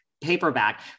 paperback